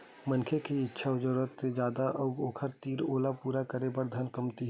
मनखे के इच्छा अउ जरूरत ह जादा हे अउ ओखर तीर ओला पूरा करे बर धन कमती हे